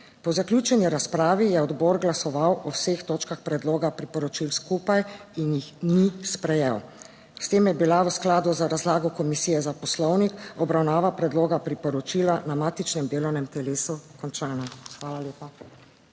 Po zaključeni razpravi je odbor glasoval o vseh točkah predloga priporočil skupaj in jih ni sprejel. S tem je bila v skladu z razlago Komisije za Poslovnik, obravnava predloga priporočila na matičnem delovnem telesu končana. Hvala lepa.